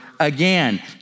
Again